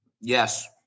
yes